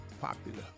Popular